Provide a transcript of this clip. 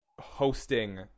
hosting